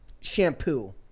shampoo